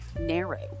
narrow